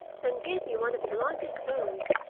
then give me one of your longest bones,